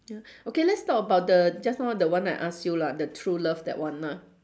ya okay let's talk about the just now the one I ask you lah the true love that one ah